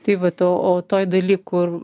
tai vat o toj daly kur